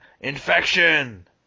Infection